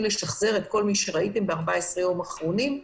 לשחזר את כל מעשיכם ב-14 ימים האחרונים,